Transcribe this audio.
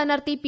സ്ഥാനാർത്ഥി പി